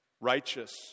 Righteous